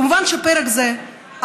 כמובן שהפרק הזה,